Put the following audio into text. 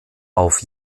auf